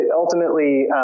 ultimately